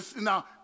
now